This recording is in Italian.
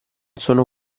sono